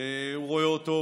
שהוא רואה אותו,